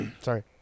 Sorry